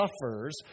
suffers